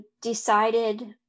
decided